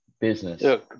business